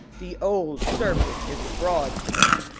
the old serpent is abroad to-night,